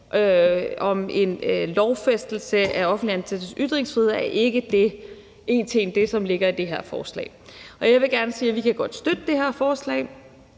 om en lovfæstelse af offentligt ansattes ytringsfrihed, er ikke en til en det, som ligger i det her forslag. Jeg vil gerne sige, at vi godt kan støtte det her forslag,